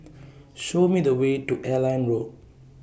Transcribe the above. Show Me The Way to Airline Road